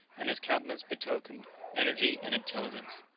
and his countenance betokened energy and intelligence.